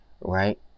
Right